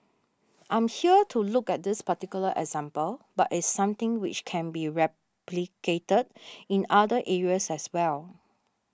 I'm here to look at this particular example but it's something which can be replicated in other areas as well